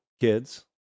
kids